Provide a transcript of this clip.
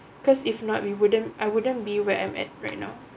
cause if not we wouldn't I wouldn't be where I'm at right now